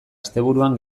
asteburuan